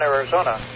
Arizona